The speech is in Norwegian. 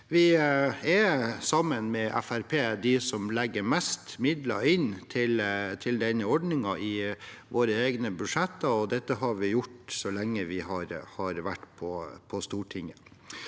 Vi er, sammen med Fremskrittspartiet, dem som legger mest midler inn i denne ordningen i våre egne budsjetter, og dette har vi gjort så lenge vi har vært på Stortinget.